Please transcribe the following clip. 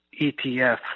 ETF